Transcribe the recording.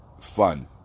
fun